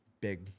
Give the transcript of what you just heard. big